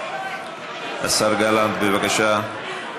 השר גלנט, בבקשה.